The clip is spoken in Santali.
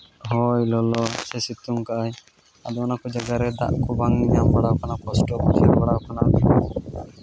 ᱦᱚᱭ ᱞᱚᱞᱚ ᱥᱮ ᱥᱤᱛᱩᱝ ᱠᱟᱜ ᱟᱭ ᱟᱫᱚ ᱚᱱᱟ ᱠᱚ ᱡᱟᱭᱜᱟ ᱨᱮ ᱫᱟᱜ ᱠᱚ ᱵᱟᱝ ᱧᱮᱧᱟᱢ ᱵᱟᱲᱟᱣ ᱠᱟᱱᱟ ᱠᱚᱥᱴᱚ ᱵᱩᱡᱷᱟᱹᱣ ᱵᱟᱲᱟᱣ ᱠᱟᱱᱟ